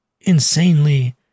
insanely